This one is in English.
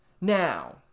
Now